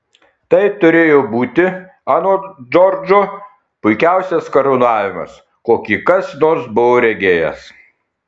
tai turėjo būti anot džordžo puikiausias karūnavimas kokį kas nors buvo regėjęs